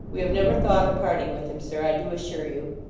we have never thought of parting with him, sir, i do assure you